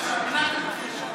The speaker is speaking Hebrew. מנעתם בחירות,